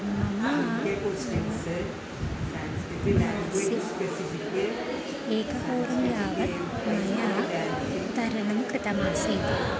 मम नास्सिक् एकहोरं यावत् मया तरणं कृतमासीत्